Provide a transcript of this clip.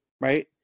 right